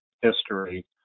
history